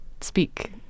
speak